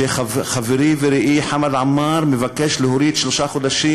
שחברי ורעי חמד עמאר מבקש להוריד שלושה חודשים